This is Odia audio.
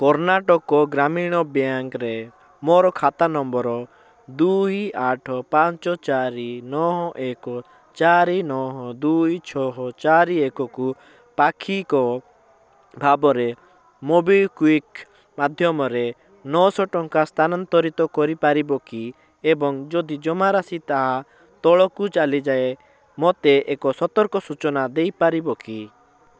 କର୍ଣ୍ଣାଟକ ଗ୍ରାମୀଣ ବ୍ୟାଙ୍କରେ ମୋର ଖାତା ନମ୍ବର ଦୁଇ ଆଠ ପାଞ୍ଚ ଚାରି ନଅ ଏକ ଚାରି ନଅ ଦୁଇ ଛଅ ଚାରି ଏକକୁ ପାକ୍ଷିକ ଭାବରେ ମୋବିକ୍ଵିକ୍ ମାଧ୍ୟମରେ ନଅଶହ ଟଙ୍କା ସ୍ଥାନାନ୍ତରିତ କରିପାରିବ କି ଏବଂ ଯଦି ଜମାରାଶି ତାହା ତଳକୁ ଚାଲିଯାଏ ମୋତେ ଏକ ସତର୍କ ସୂଚନା ଦେଇପାରିବ କି